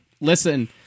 listen